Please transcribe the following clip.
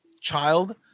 child